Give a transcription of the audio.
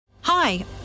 Hi